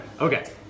Okay